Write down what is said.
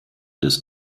des